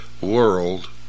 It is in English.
world